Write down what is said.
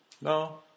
no